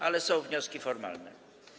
Ale są wnioski formalne.